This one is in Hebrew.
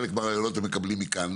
חלק מהרעיונות הם מקבלים מכאן,